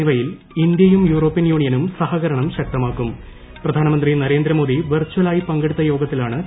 എന്നിവയിൽ ഇന്ത്യയും യൂറോപ്യൻ യൂണിയനും സഹകരണം ശക്തമാക്കും പ്രധാനമന്ത്രി നരേന്ദ്രമോദി വെർച്ചലായി പങ്കെടുത്ത യോഗത്തിലാണ് തീരുമാനം